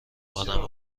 آدم